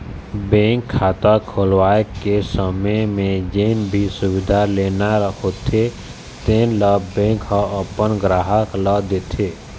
bank खाता खोलवाए के समे म जेन भी सुबिधा लेना होथे तेन ल बेंक ह अपन गराहक ल देथे